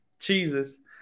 jesus